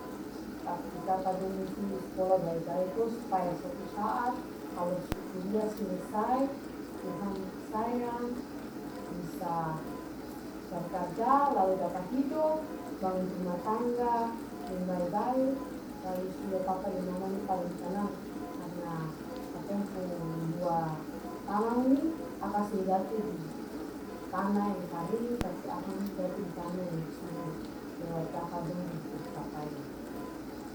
Tapi kaka dong musti skola bae-bae to supaya suatu saat kalu su kulia selesai tuhan sayang bisa cari karja lalu dapa hidop bangun ruma tangga deng bae-bae lalu suda papa deng mama ini paleng sanang karna katong pung bua tangang nih akang seng jato di tana yang karing tapi akang jato ditana yang subur lewat kaka dong pung pencapaian.